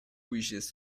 wishes